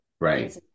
right